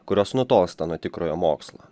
kurios nutolsta nuo tikrojo mokslo